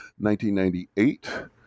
1998